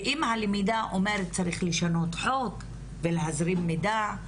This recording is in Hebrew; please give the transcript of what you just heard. ואם הלמידה אומרת צריך לשנות חוק ולהזרים מידע.